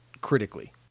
critically